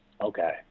okay